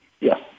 Yes